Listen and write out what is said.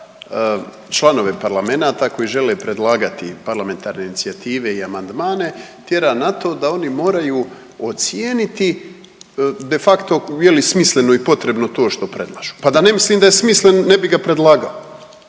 sada članove parlamenata koji žele predlagati parlamentarne inicijative i amandmane tjera na to da oni moraju ocijeniti de facto je li smisleno i potrebno to što predlažu. Pa da ne mislim da je smislen, ne bih ga predlagao.